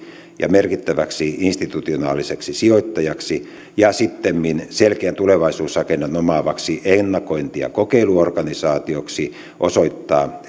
ja merkittäväksi institutionaaliseksi sijoittajaksi ja sittemmin selkeän tulevaisuusrakenteen omaavaksi ennakointi ja kokeiluorganisaatioksi osoittaa